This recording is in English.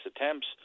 attempts